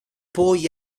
poi